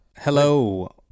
Hello